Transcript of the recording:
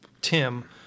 Tim